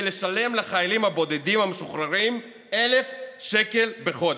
לשלם לחיילים הבודדים המשוחררים 1,000 שקל בחודש.